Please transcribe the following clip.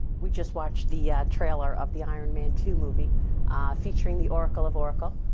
we just watched the yeah trailer of the iron man two movie featuring the oracle of oracle,